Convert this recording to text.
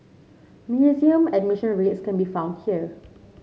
museum admission rates can be found here